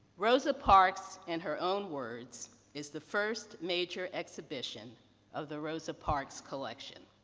rosa parks, in her own words, is the first major exhibition of the rosa parks collection.